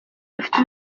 bafite